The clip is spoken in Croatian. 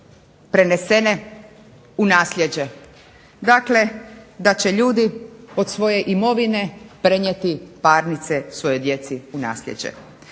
prenesene u nasljeđe. Dakle, da će ljudi od svoje imovine prenijeti parnice svojoj djeci u nasljeđe.